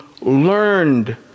learned